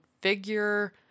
figure